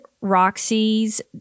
Roxy's